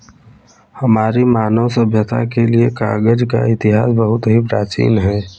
हमारी मानव सभ्यता के लिए कागज का इतिहास बहुत ही प्राचीन है